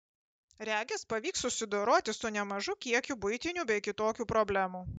regis pavyks susidoroti su nemažu kiekiu buitinių bei kitokių problemų